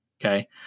okay